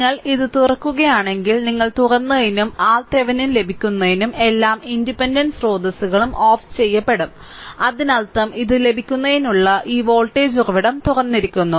നിങ്ങൾ ഇത് തുറക്കുകയാണെങ്കിൽ നിങ്ങൾ തുറന്നതിനും RThevenin ലഭിക്കുന്നതിനും എല്ലാ ഇൻഡിപെൻഡന്റ് സ്രോതസ്സുകളും ഓഫ് ചെയ്യപ്പെടും അതിനർത്ഥം ഇത് ലഭിക്കുന്നതിനുള്ള ഈ വോൾട്ടേജ് ഉറവിടം തുറന്നിരിക്കുന്നു